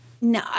No